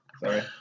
Sorry